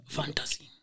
fantasy